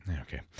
Okay